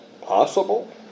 possible